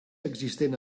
existent